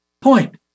point